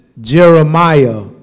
Jeremiah